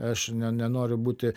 aš ne nenoriu būti